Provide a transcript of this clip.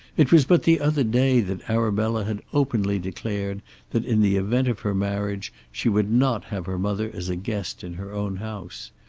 it was but the other day that arabella had openly declared that in the event of her marriage she would not have her mother as a guest in her own house.